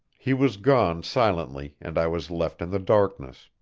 he was gone silently, and i was left in the darkness.